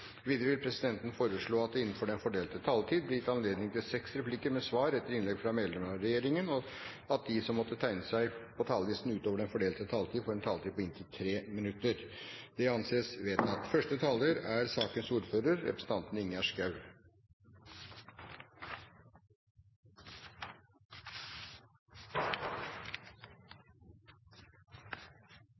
Videre vil presidenten foreslå at det blir gitt anledning til seks replikker med svar etter innlegg fra medlemmer av regjeringen innenfor den fordelte taletid. Videre blir det foreslått at de som måtte tegne seg på talerlisten utover den fordelte taletid, får en taletid på inntil 3 minutter. – Det anses vedtatt. Første taler er representanten